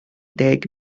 deg